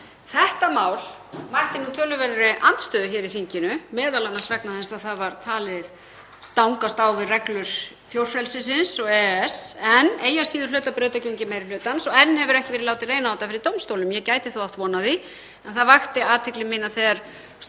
Þetta mál mætti nú töluverðri andstöðu hér í þinginu, m.a. vegna þess að það var talið stangast á við reglur fjórfrelsisins og EES, en eigi að síður hlaut það brautargengi meiri hlutans og enn hefur ekki verið látið reyna á þetta fyrir dómstólum. Ég gæti þó átt von á því. Það vakti athygli mína þegar stórtækur